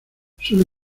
suele